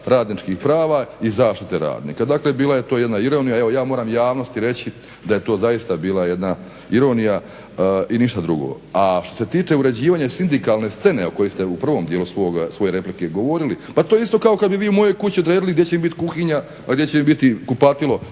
radničkih prava i zaštite radnika. Dakle bila je to jedna ironija, evo ja moram javnosti reći da je to zaista bila jedna ironija i ništa drugo. A što se tiče uređivanja sindikalne scene o kojoj ste u prvom dijelu svoje replike govorili, pa to je isto kao kad bi vi u mojoj kući odredili gdje će biti kuhinja, a gdje će biti kupatilo